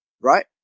right